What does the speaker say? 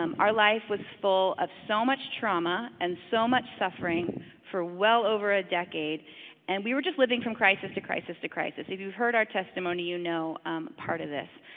um our life was full of so much trauma and so much suffering for well over a decade and we were just living for crisis to crisis to crisis. if you've heard our testimony, you know um part of this.